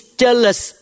jealous